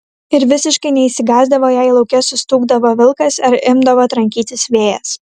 ir visiškai neišsigąsdavo jei lauke sustūgdavo vilkas ar imdavo trankytis vėjas